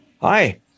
hi